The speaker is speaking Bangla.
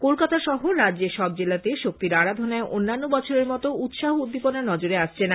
কলকাতা সহ রাজ্যের সব জেলাতেও শক্তির আরাধনায় অন্যান্য বছরের মত উৎসাহ উদ্দীপনা নজরে আসছে না